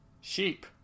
sheep